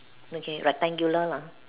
okay rectangular lah